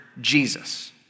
Jesus